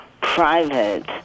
private